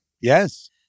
Yes